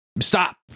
stop